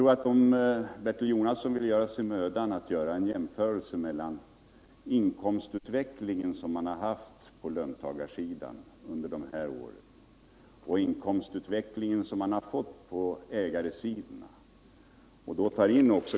Om Bertil Jonasson gör sig mödan att jämföra inkomstutvecklingen på löntagarsidan under den tid som den nuvarande regeringen suttit vid makten med inkomstutvecklingen på ägarsidan inkl.